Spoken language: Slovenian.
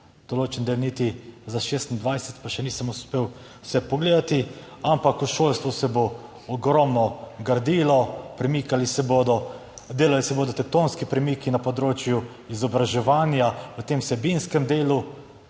določen del, niti za 2026, pa še nisem uspel vse pogledati, ampak v šolstvu se bo ogromno gradilo. Premikali se bodo, delali se bodo tektonski premiki na področju izobraževanja v tem vsebinskem delu,